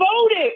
voted